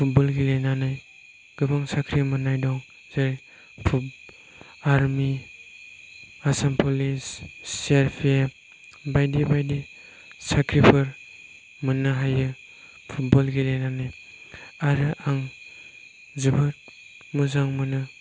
football गेलेनानै गोबां साख्रि मोननाय दं जेरै army Assam police C R P F बायदि बायदि साख्रिफोर मोननो हायो फुटब'ल गेलेनानै आरो आं जोबोद मोजां मोनो